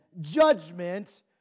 judgment